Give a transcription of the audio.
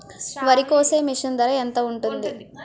వరి కోసే మిషన్ ధర ఎంత ఉంటుంది?